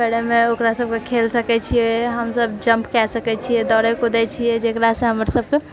करैमे ओकरा सभकेँ खेल सकैत छिऐ हमसभ जम्प कए सकैत छिऐ दौड़ै कुदै छियै जेकरासँ हमर सभकेँ